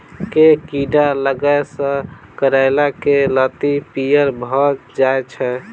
केँ कीड़ा लागै सऽ करैला केँ लत्ती पीयर भऽ जाय छै?